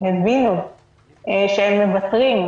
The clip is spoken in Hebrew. הבינו שהן מוותרות,